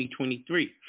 2023